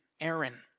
Aaron